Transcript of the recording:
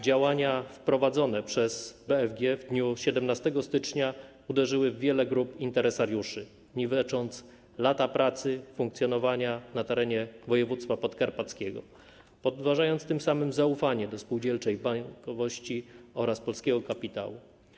Działania wprowadzone przez BFG w dniu 17 stycznia uderzyły w wiele grup interesariuszy, niwecząc lata pracy, funkcjonowania na terenie województwa podkarpackiego, podważając tym samym zaufanie do spółdzielczej bankowości oraz polskiego kapitału.